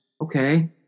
Okay